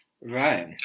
Right